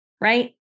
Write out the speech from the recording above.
right